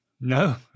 No